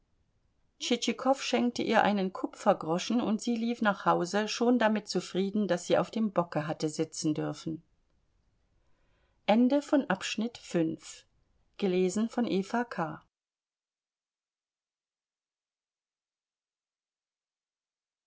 tschitschikow schenkte ihr einen kupfergroschen und sie lief nach hause schon damit zufrieden daß sie auf dem bocke hatte sitzen dürfen